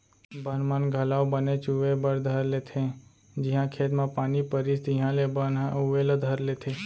बन मन घलौ बनेच उवे बर धर लेथें जिहॉं खेत म पानी परिस तिहॉले बन ह उवे ला धर लेथे